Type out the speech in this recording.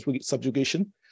subjugation